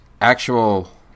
actual